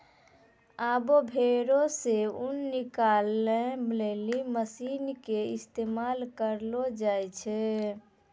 आबै भेड़ो से ऊन निकालै लेली मशीन के इस्तेमाल करलो जाय छै